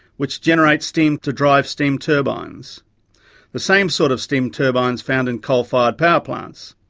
which generate steam to drive steam turbines the same sort of steam turbines found in coal fired power plants.